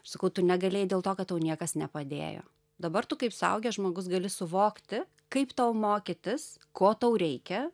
sakau tu negalėjai dėl to kad tau niekas nepadėjo dabar tu kaip suaugęs žmogus gali suvokti kaip tau mokytis ko tau reikia